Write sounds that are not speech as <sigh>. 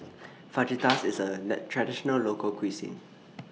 Fajitas IS A <unintelligible> Traditional Local Cuisine